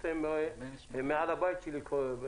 הם מעל הבית שלי.